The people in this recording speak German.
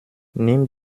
nimm